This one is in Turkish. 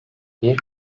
bir